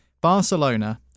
Barcelona